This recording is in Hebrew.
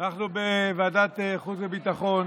אנחנו בוועדת החוץ והביטחון